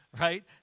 right